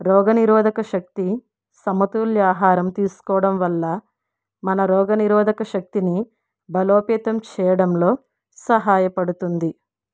రోగ నిరోధక శక్తీ సమతుల్య ఆహరం తీసుకోవడం వల్ల మన రోగ నిరోధక శక్తీని బలోపేతం చేయడంలో సహాయపడుతుంది